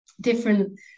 different